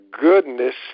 goodness